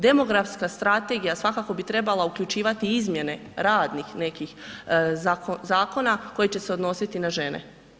Demografska strategija svakako bi trebala uključivati izmjene radnih nekih zakona koji će se odnositi na žene.